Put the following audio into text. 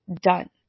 done